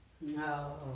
No